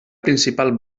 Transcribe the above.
principal